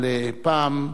אבל פעם,